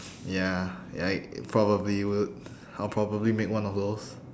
ya ya it probably would I'll probably make one of those